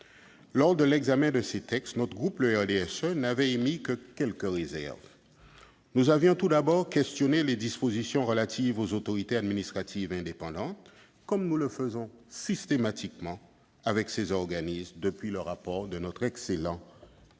Lors de l'examen de ces textes en février, notre groupe, le RDSE, n'avait émis que quelques réserves. Nous nous étions tout d'abord interrogés sur les dispositions relatives aux autorités administratives indépendantes, comme nous le faisons systématiquement, s'agissant de ces organismes, depuis le rapport de notre excellent